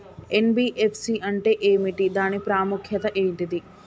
NBFC అంటే ఏమిటి దాని ప్రాముఖ్యత ఏంటిది?